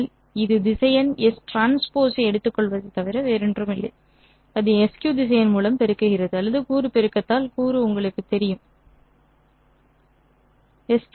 இது திசையன் ST ஐ எடுத்துக்கொள்வதைத் தவிர வேறொன்றுமில்லை அதை SQ திசையன் மூலம் பெருக்குகிறது அல்லது கூறு பெருக்கத்தால் கூறு உங்களுக்குத் தெரியும் இது உள் தயாரிப்பு